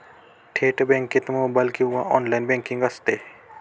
थेट बँकेत मोबाइल किंवा ऑनलाइन बँकिंग असते